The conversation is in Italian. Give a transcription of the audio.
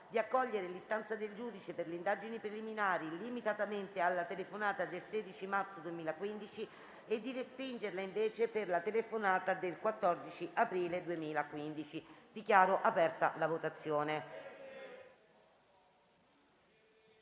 di accogliere l'istanza del Giudice per le indagini preliminari limitatamente alla telefonata del 16 marzo 2015 e di respingerla invece per la telefonata del 14 aprile 2015. *(Segue la votazione)*.